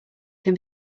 can